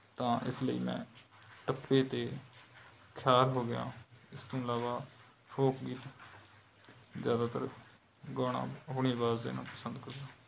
ਤਾਂ ਇਸ ਲਈ ਮੈਂ ਟੱਪੇ 'ਤੇ ਹੋ ਗਿਆ ਇਸ ਤੋਂ ਇਲਾਵਾ ਫੋਕ ਗੀਤ ਜ਼ਿਆਦਾਤਰ ਗਾਉਣਾ ਆਪਣੀ ਆਵਾਜ਼ ਦੇ ਨਾਲ ਪਸੰਦ ਕਰਦਾ